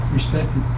Respected